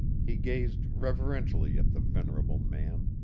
he gazed reverentially at the venerable man,